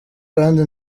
kandi